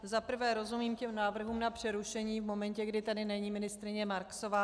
Za prvé rozumím těm návrhům na přerušení v momentě, kdy tady není ministryně Marksová.